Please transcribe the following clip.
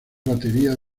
baterista